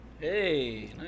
Hey